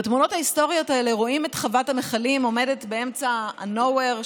בתמונות ההיסטוריות האלה רואים את חוות המכלים עומדת באמצע nowhere,